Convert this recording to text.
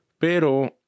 Pero